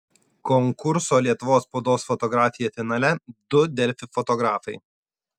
konkurso lietuvos spaudos fotografija finale du delfi fotografai